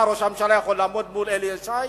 מה, ראש הממשלה יכול לעמוד מול אלי ישי